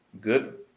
good